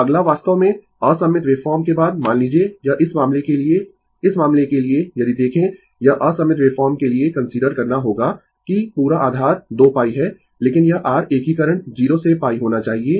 Refer Slide Time 2108 अब अगला वास्तव में असममित वेवफॉर्म के बाद मान लीजिये यह इस मामले के लिए इस मामले के लिए यदि देखें यह असममित वेवफॉर्म के लिए कंसीडर करना होगा कि पूरा आधार 2π है लेकिन यह r एकीकरण 0 से π होना चाहिए